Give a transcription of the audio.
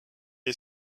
est